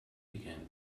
began